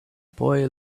boy